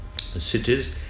cities